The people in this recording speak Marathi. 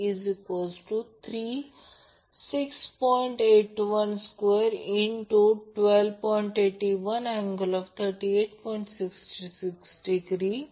आता पुढे अनबॅलन्सड थ्री फेज सिस्टम आहे फक्त एक किंवा दोन किंवा फक्त अर्धे पान मी सांगेन